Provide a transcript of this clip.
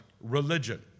religion